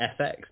fx